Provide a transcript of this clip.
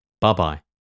Bye-bye